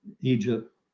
Egypt